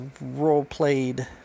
role-played